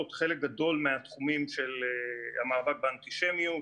חלק גדול מהתחומים של המאבק באנטישמיות.